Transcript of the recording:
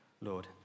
Lord